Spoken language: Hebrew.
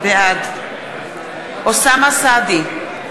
בעד אוסאמה סעדי,